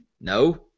no